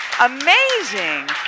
Amazing